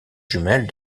jumelle